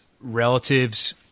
relatives